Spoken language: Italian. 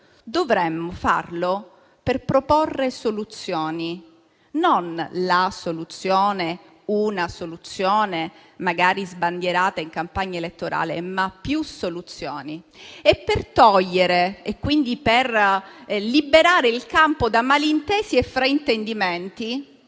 dovremmo farlo per proporre soluzioni: non la soluzione, non una soluzione magari sbandierata in campagna elettorale, ma più soluzioni. Per liberare il campo da malintesi e fraintendimenti,